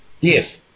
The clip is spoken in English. Yes